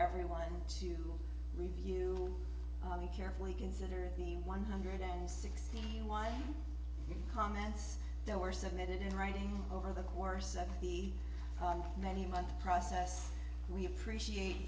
everyone to review carefully consider the one hundred and sixty one comments that were submitted in writing over the course of the many months process we appreciate